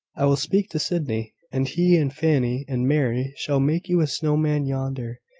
i will speak to sydney, and he and fanny and mary shall make you a snow-man yonder,